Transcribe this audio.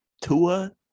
Tua